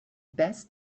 best